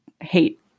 hate